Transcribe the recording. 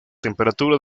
temperatura